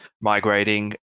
migrating